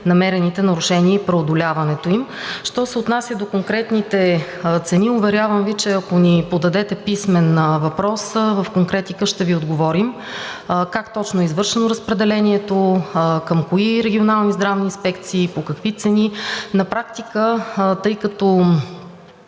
намерените нарушения и преодоляването им. Що се отнася до конкретните цени, уверявам Ви, че ако ни подадете писмен въпрос, в конкретика ще Ви отговорим как точно е извършено разпределението, към кои регионални здравни инспекции, по какви цени. На практика, тъй като,